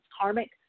karmic